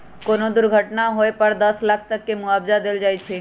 कोनो दुर्घटना होए पर दस लाख तक के मुआवजा देल जाई छई